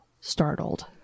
startled